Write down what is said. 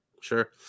sure